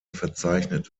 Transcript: verzeichnet